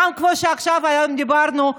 כמו שהיום דיברנו,